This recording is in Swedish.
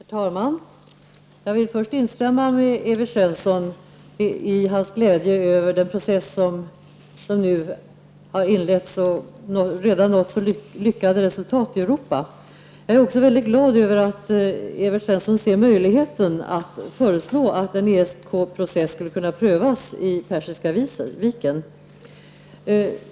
Herr talman! Jag vill först instämma med Evert Svensson i hans glädje över den process som nu har inletts och redan nått så lyckade resultat i Europa. Jag är också väldigt glad över att Evert Svensson ser möjligheten att föreslå att en ESK-process skulle kunna prövas i Persiska viken.